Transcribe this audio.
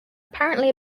apparently